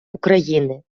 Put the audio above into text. україни